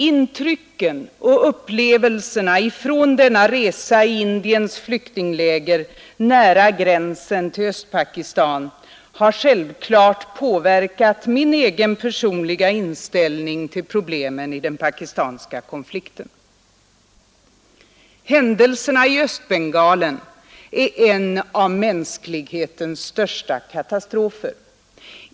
Intrycken och upplevelserna från denna resa i Indiens flyktingläger nära gränsen till Östpakistan har självklart påverkat min egen personliga inställning till problemen i den pakistanska konflikten. Händelserna i Östbengalen är en av mänsklighetens största katastrofer.